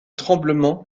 tremblement